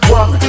one